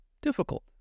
Difficult